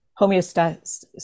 homeostasis